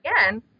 again